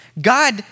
God